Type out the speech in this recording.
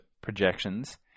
projections